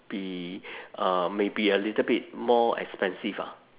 be uh may be a little bit more expensive ah